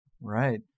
Right